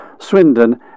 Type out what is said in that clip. swindon